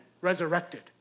resurrected